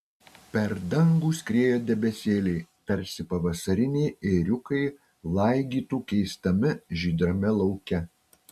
per dangų skrieja debesėliai tarsi pavasariniai ėriukai laigytų keistame žydrame lauke